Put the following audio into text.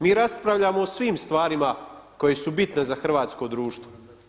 Mi raspravljamo o svim stvarima koje su bitne za hrvatsko društvo.